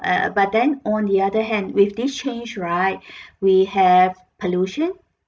uh but then on the other hand with this change right we have pollution